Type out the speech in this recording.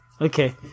Okay